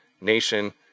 nation